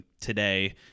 today